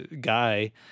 guy